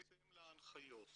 בהתאם להנחיות.